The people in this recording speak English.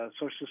Social